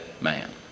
man